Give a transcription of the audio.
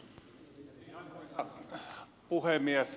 arvoisa puhemies